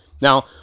Now